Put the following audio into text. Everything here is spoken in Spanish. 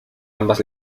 ambas